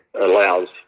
allows